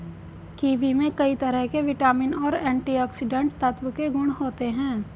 kiwi में कई तरह के विटामिन और एंटीऑक्सीडेंट तत्व के गुण होते है